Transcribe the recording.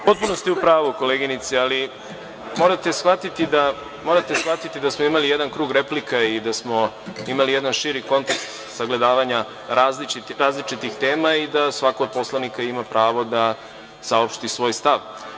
Potpuno ste u pravu, koleginice, ali morate shvatiti da smo imali jedan krug replika i da smo imali jedan širi kontekst sagledavanja različitih tema i da svako od poslanika ima pravo da saopšti svoj stav.